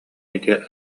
ити